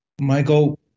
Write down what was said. Michael